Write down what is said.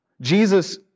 Jesus